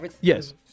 Yes